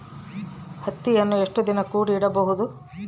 ಹತ್ತಿಯನ್ನು ಎಷ್ಟು ದಿನ ಕೂಡಿ ಇಡಬಹುದು?